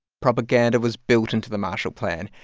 propaganda was built into the marshall plan.